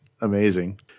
amazing